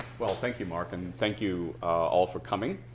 well, thank you, mark, and thank you all for coming.